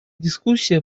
дискуссия